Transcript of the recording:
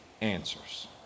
answers